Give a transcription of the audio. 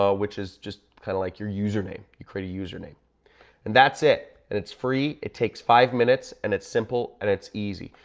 ah which is just kind of like your username, you create a username and that's it. and it's free, it takes five minutes and it's simple and it's easy.